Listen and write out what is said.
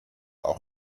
auch